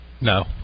No